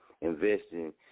investing